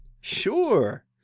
Sure